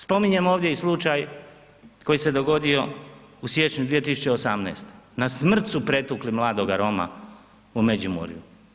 Spominjem ovdje i slučaj koji se dogodio u siječnju 2018. na smrt su pretukli mladoga Roma u Međimurju.